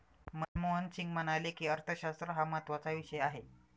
मनमोहन सिंग म्हणाले की, अर्थशास्त्र हा महत्त्वाचा विषय आहे